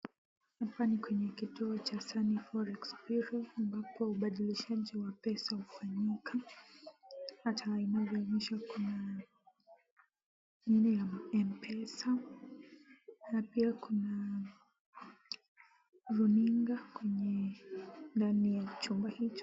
Hapa ni kwenye kituo cha sani forex bureau ambapo ubadilishaji wa pesa ufanyika hata imegawanyishwa kwa ainampesa, na pia kuna runinga kwenye ndani ya chumba hicho.